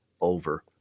over